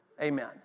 Amen